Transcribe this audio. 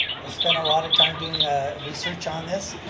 i spend a lot of time doing ah research on this.